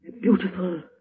Beautiful